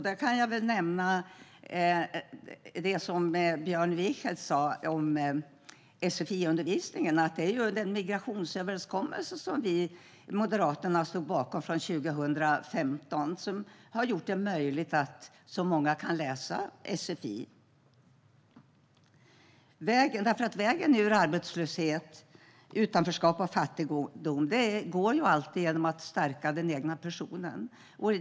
Där kan jag nämna det som Björn Wiechel sa om sfiundervisningen. Migrationsöverenskommelsen från 2015, som Moderaterna stod bakom, har gjort det möjligt att så många kan läsa sfi. Vägen ut ur arbetslöshet, utanförskap och fattigdom går alltid genom att stärka den egna personen.